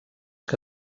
que